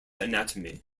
anatomy